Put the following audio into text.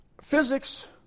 physics